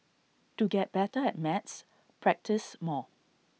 to get better at maths practise more